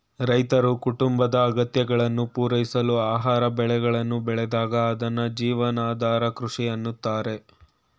ರೈತರು ಕುಟುಂಬದ ಅಗತ್ಯಗಳನ್ನು ಪೂರೈಸಲು ಆಹಾರ ಬೆಳೆಗಳನ್ನು ಬೆಳೆದಾಗ ಅದ್ನ ಜೀವನಾಧಾರ ಕೃಷಿ ಅಂತಾರೆ